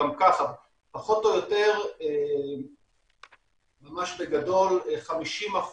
פחות או יותר, ממש בגדול, 50%,